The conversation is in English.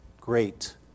great